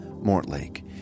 Mortlake